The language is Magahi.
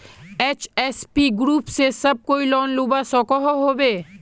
एस.एच.जी ग्रूप से सब कोई लोन लुबा सकोहो होबे?